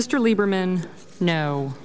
mr lieberman no